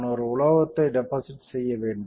நான் ஒரு உலோகத்தை டெபாசிட் செய்ய வேண்டும்